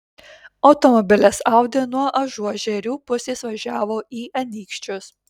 automobilis audi nuo ažuožerių pusės važiavo į anykščius